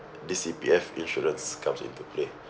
the C_P_F insurance comes into play